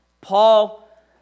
Paul